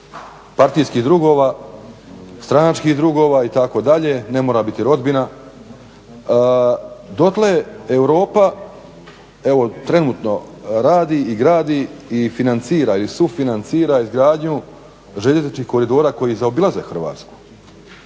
partijskih drugova, stranačkih drugova, itd., ne mora biti rodbina, dotle Europa, evo trenutno radi i gradi i financira i sufinancira izgradnju željezničkih koridora koji zaobilaze Hrvatsku.